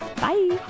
Bye